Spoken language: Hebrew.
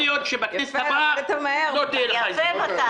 יכול להיות שבכנסת הבאה לא תהיה לך הזדמנות.